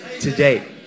today